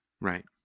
Right